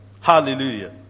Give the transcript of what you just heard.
Hallelujah